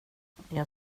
jag